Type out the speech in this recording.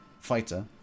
fighter